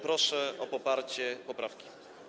Proszę o poparcie poprawki.